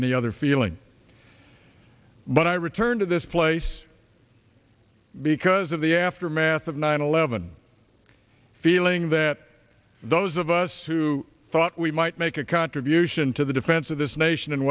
the other feeling but i returned to this place because of the aftermath of nine eleven feeling that those of us who thought we might make a contribution to the defense of this nation in